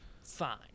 Fine